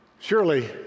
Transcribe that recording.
surely